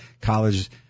college